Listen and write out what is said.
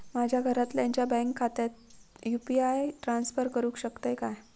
माझ्या घरातल्याच्या बँक खात्यात यू.पी.आय ट्रान्स्फर करुक शकतय काय?